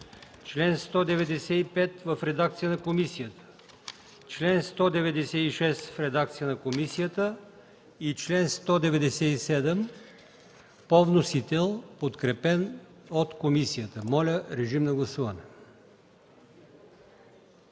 чл. 195 в редакция на комисията, чл. 196 в редакция на комисията и чл. 197 по вносител, подкрепен от комисията. Гласували